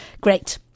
great